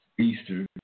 Easter